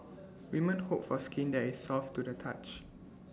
women hope for skin that is soft to the touch